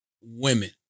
women